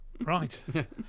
right